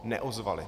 Neozvali.